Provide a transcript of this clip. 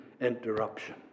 interruption